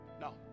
No